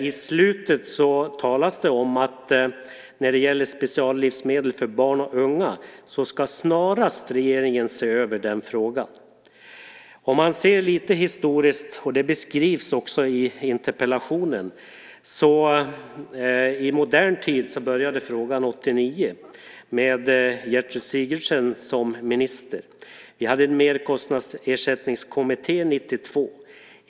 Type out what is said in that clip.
I slutet talas om att när det gäller speciallivsmedel för barn och unga så ska regeringen snarast se över frågan. Om man ser det här lite historiskt - det beskrivs också i interpellationen - började i modern tid den här frågan 1989 med Gertrud Sigurdsen som minister. Vi hade Merkostnadsersättningskommittén 1992.